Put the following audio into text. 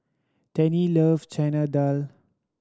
Tennie love Chana Dal